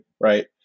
right